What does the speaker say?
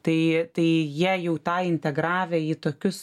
tai tai jie jau tą integravę į tokius